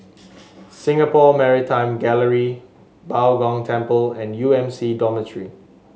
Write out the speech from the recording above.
Singapore Maritime Gallery Bao Gong Temple and U M C Dormitory